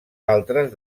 altres